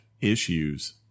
issues